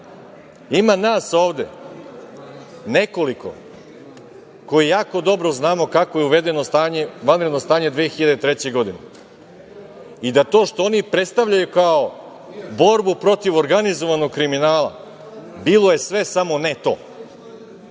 Ima nas ovde nekoliko koji jako dobro znamo kako je uvedeno vanredno stanje 2003. godine, i da to što oni predstavljaju kao borbu protiv organizovanog kriminala, bilo je sve samo ne to.